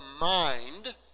mind